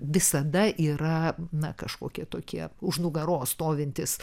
visada yra na kažkokie tokie už nugaros stovintys